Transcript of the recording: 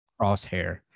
Crosshair